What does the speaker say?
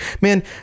Man